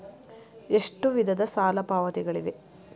ಎಷ್ಟು ವಿಧದ ಸಾಲ ಪಾವತಿಗಳಿವೆ?